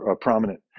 prominent